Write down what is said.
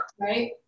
right